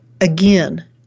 again